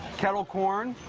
kettle corn.